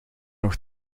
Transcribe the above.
nog